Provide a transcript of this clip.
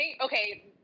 Okay